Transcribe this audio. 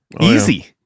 Easy